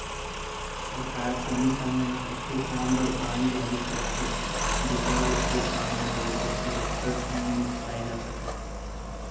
सरकार समे समे म कतको काम बर बांड जारी करथे जेकर ले ओ काम ह बरोबर सरोत्तर ढंग ले निपटाए जा सकय